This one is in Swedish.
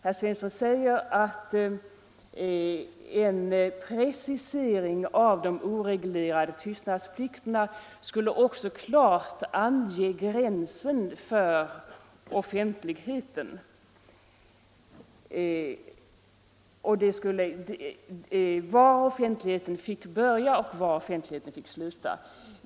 Herr Svensson säger att en precisering av de oreglerade tystnadsplikterna också skulle klart ange gränsen för offentligheten — var denna fick börja och var den fick sluta.